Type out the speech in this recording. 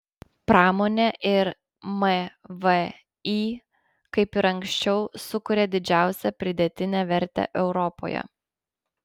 pramonė ir mvį kaip ir anksčiau sukuria didžiausią pridėtinę vertę europoje